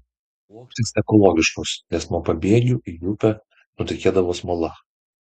plokštės ekologiškos nes nuo pabėgių į upę nutekėdavo smala